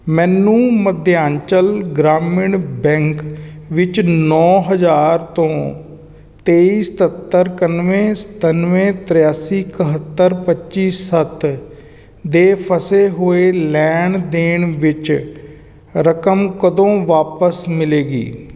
ਮੈਨੂੰ ਮੱਧਯਾਂਚਲ ਗ੍ਰਾਮੀਣ ਬੈਂਕ ਵਿੱਚ ਨੌਂ ਹਜ਼ਾਰ ਤੋਂ ਤੇਈ ਸਤੱਤਰ ਇੱਕਾਨਵੇਂ ਸਤਾਨਵੇਂ ਤ੍ਰਿਆਸੀ ਇਕਹੱਤਰ ਪੱਚੀ ਸੱਤ ਦੇ ਫਸੇ ਹੋਏ ਲੈਣ ਦੇਣ ਵਿੱਚ ਰਕਮ ਕਦੋਂ ਵਾਪਸ ਮਿਲੇਗੀ